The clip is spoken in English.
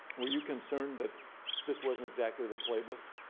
were you concerned that this wasn't exactly the playbook?